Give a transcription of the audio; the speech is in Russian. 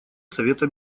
совета